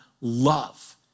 love